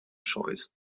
choice